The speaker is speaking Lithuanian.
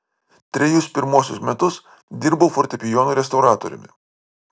trejus pirmuosius metus dirbau fortepijonų restauratoriumi